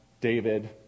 David